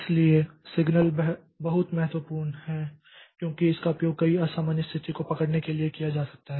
इसलिए सिग्नल बहुत महत्वपूर्ण हैं क्योंकि इसका उपयोग कई असामान्य स्थिति को पकड़ने के लिए किया जा सकता है